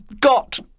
got